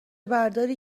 برداری